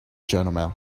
gentlemen